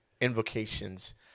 invocations